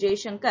Jai Shankar